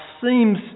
seems